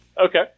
okay